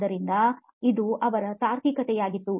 ಆದ್ದರಿಂದ ಅದು ಅವರ ತಾರ್ಕಿಕತೆಯಾಗಿತ್ತು